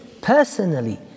personally